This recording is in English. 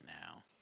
now